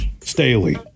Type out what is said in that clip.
Staley